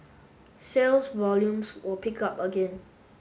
sales volumes will pick up again